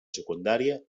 secundària